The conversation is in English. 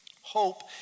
Hope